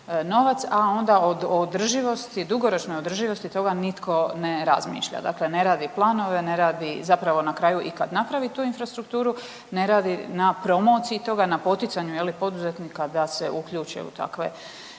a onda o održivosti o dugoročnoj održivosti toga nitko ne razmišlja, dakle ne radi planove, ne radi zapravo na kraju i kad napravi tu infrastrukturu ne radi na promociji toga, na poticanju poduzetnika da se uključe u takve zone.